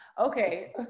okay